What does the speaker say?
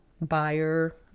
buyer